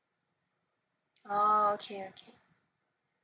oh okay okay